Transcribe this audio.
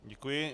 Děkuji.